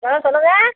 ஆ சொல்லுங்கள்